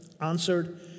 answered